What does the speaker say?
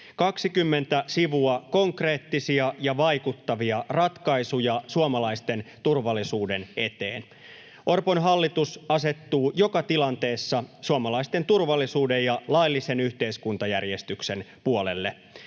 20 sivua konkreettisia ja vaikuttavia ratkaisuja suomalaisten turvallisuuden eteen. Orpon hallitus asettuu joka tilanteessa suomalaisten turvallisuuden ja laillisen yhteiskuntajärjestyksen puolelle.